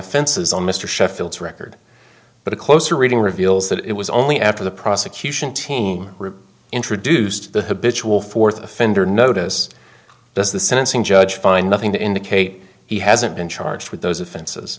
offenses on mr sheffield's record but a closer reading reveals that it was only after the prosecution team introduced the habitual fourth offender notice does the sentencing judge find nothing to indicate he hasn't been charged with those offens